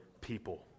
people